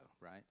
right